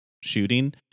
shooting